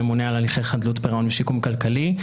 ממונה על הליכי חדלות פירעון ושיקום כלכלי,